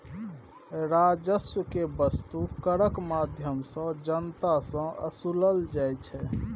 राजस्व केँ बस्तु करक माध्यमसँ जनता सँ ओसलल जाइ छै